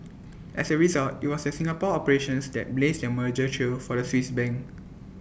as A result IT was the Singapore operations that blazed the merger trail for the Swiss bank